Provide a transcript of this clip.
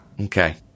Okay